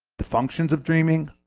the function of dreaming,